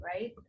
right